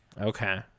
Okay